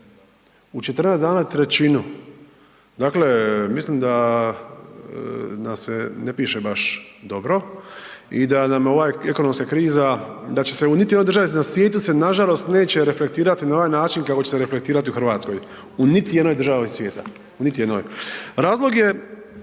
U 14 dana trećinu. Dakle, mislim da nam se ne piše baš dobro i da nam ova ekonomska kriza, da će se u niti jednoj državi na svijetu se nažalost neće reflektirati na onaj način kako će se reflektirati u Hrvatskoj, u niti jednoj državi svijeta. U niti jednoj.